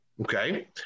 Okay